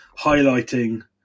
highlighting